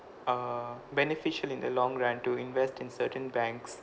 err beneficial in the long run to invest in certain banks